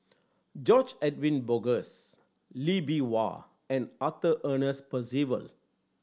George Edwin Bogaars Lee Bee Wah and Arthur Ernest Percival